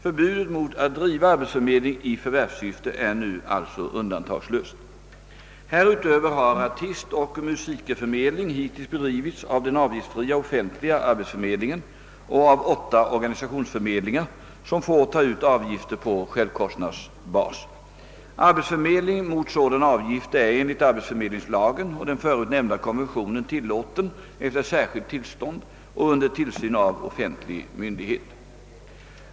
Förbudet mot att driva arbetsförmedling i förvärvssyfte är nu alltså undantagslöst. Härutöver har artistoch musikerförmedling hittills bedrivits av den avgiftsfria offentliga arbetsförmedlingen och av åtta organisationsförmedlingar, som får ta ut avgifter på självkostnadsbas. Arbetsförmedling mot sådana avgifter är enligt arbetsförmedlingslagen och den förut nämnda konventionen tillåten efter särskilt tillstånd och under tillsyn av offentlig myndighet.